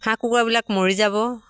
হাঁহ কুকুৰাবিলাক মৰি যাব